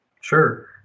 Sure